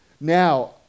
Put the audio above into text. Now